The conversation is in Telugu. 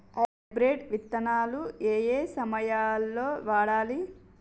హైబ్రిడ్ విత్తనాలు ఏయే సమయాల్లో వాడాలి?